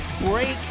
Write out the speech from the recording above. Break